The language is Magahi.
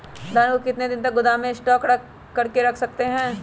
धान को कितने दिन को गोदाम में स्टॉक करके रख सकते हैँ?